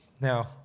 Now